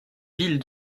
ville